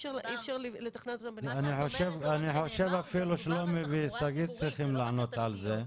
אפשר לתכנן אותם -- אני חושב אפילו ששלומי וסיגי צריכים לענות על זה.